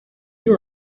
you